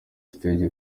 stage